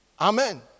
Amen